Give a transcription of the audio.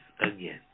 again